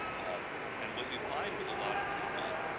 um and what you find with a lot of people